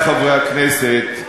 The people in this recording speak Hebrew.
חברי חברי הכנסת,